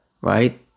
Right